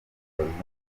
abazungu